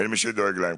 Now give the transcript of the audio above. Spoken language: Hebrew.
אין מי שדואג להם,